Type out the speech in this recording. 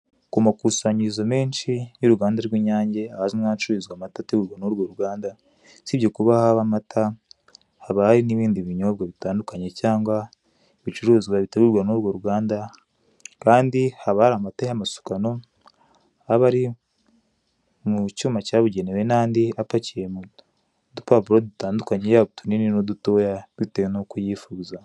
Ku makusanyirizo menshi y'uruganda rw'Inyange, ahazwi nk'ahacururizwa amata ategurwa n'urwo ruganda, usibye kuba haba amata haba hari n'ibindi binyobwa bitandukanye cyangwa ibicuruzwa bitegurwa n'urwo ruganda, kandi haba hari amata y'amasukano aba ari mu cyuma cyabugenewe n'andi apakiye mu dupapuro dutandukanye, yaba utunini n'udutoya bitewe n'uko uyifuza.